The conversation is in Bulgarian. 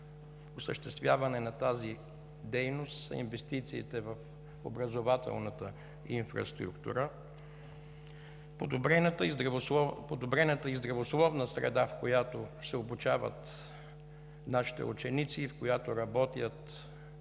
осъществяването на тази дейност са инвестициите в образователната инфраструктура. Подобрената и здравословна среда, в която се обучават нашите ученици и в която работят